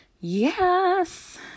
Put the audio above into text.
yes